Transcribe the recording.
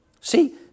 See